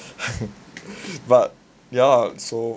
but ya so